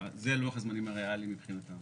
לוח הזמנים הריאלי מבחינתם.